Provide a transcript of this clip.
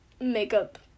makeup